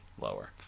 Lower